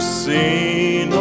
seen